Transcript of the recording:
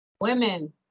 Women